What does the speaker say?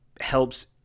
helps